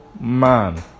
man